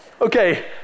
Okay